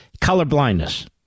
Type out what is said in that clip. colorblindness